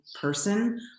person